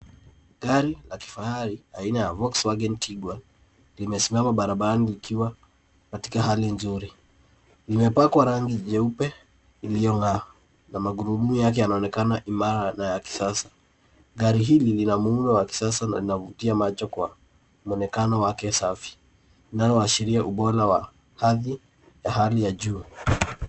Gari la kifahari aina ya Volkswagen Tiguan limesimama barabarani likiwa katika hali nzuri. Limepakwa rangi jeupe iliyong'aa na magurudumu yake yanaonekana imara na ya kisasa. Gari hili lina muundo wa kisasa na linavutia macho kwa mwonekano wake safi linaloashiria ubora wa hadhi ya hali ya juu.